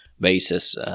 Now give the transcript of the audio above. basis